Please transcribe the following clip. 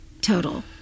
total